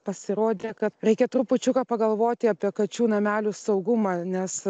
pasirodė kad reikia trupučiuką pagalvoti apie kačių namelių saugumą nes